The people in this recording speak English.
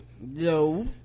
no